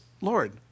Lord